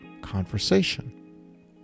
conversation